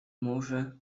może